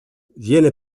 viene